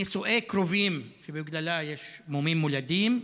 נישואי קרובים, שבגללם יש מומים מולדים,